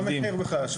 מה המחיר בכלל?